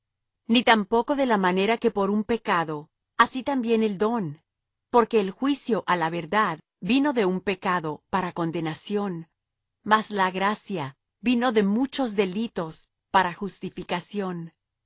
ni tampoco de la manera que por un pecado así también el don porque el juicio á la verdad vino de un pecado para condenación mas la gracia vino de muchos delitos para justificación